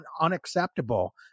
unacceptable